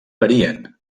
varien